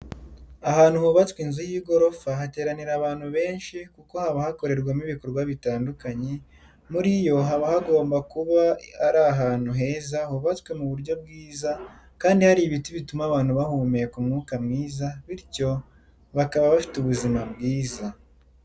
Ahantu hubatswe inzu y'igorofa hateranira ahbantu benshi kuko haba hakorerwamo ibikorwa bitandukanye muri iyo haba hagomba kuba ari ahantu heza hubatswe mu buryo bwiza kandi hari ibiti bituma abantu abahumeka umwuka mwiza bityo bakaba bafite ubuzima bwiza.